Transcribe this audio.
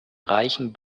reichen